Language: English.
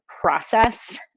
process